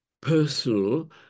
personal